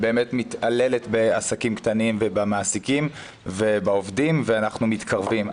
שבאמת מתעללת בעסקים קטנים ובמעסיקים ובעובדים ואנחנו מתקרבים.